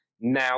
Now